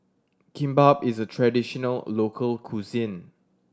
kimbap is a traditional local cuisine